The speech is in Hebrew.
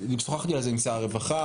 שוחחתי על זה עם שר הרווחה,